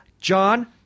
John